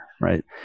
right